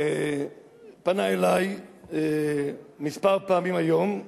פנה אלי כמה פעמים היום,